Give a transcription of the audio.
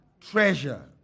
treasure